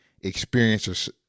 experiences